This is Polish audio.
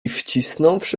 wcisnąwszy